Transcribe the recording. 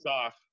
off